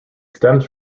stems